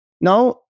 Now